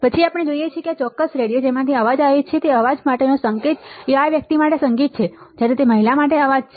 અને આપણે જોઈએ છીએ કે આ ચોક્કસ રેડિયો જેમાંથી અવાજ આવે છે તે અવાજ માટેનો સંકેત એ આ વ્યક્તિ માટે સંગીત છે જ્યારે તે આ મહિલા માટે અવાજ છે